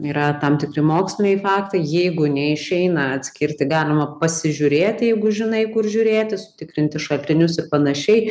yra tam tikri moksliniai faktai jeigu neišeina atskirti galima pasižiūrėt jeigu žinai kur žiūrėti sutikrinti šaltinius ir panašiai